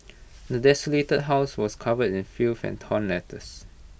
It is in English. the desolated house was covered in filth and torn letters